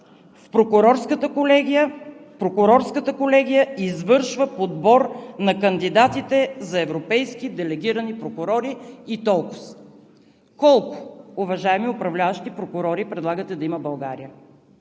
„Прокурорската колегия извършва подбор на кандидатите за европейски делегирани прокурори“ и толкоз. Колко прокурори, уважаеми управляващи, предлагате да има България?